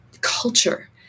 culture